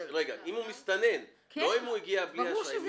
רק אם הוא מסתנן, לא אם הוא הגיע עם אשרה.